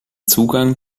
zugang